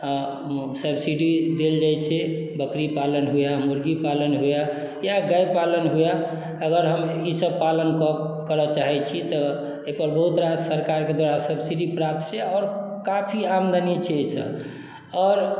subsidy देल जाइत छै बकरी पालन हुए मुर्गी पालन हुए या गाए पालन हुए अगर हम ईसभ पालन क करय चाहैत छी तऽ एहिपर बहुत रास सरकारके द्वारा सब्सिडी प्राप्त छै आओर काफी आमदनी छै एहिसँ आओर